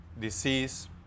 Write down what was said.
disease